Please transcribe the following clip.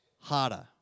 harder